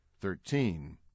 Thirteen